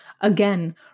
again